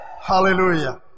Hallelujah